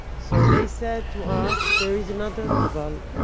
so they said to us there is another yuval